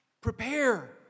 Prepare